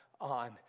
on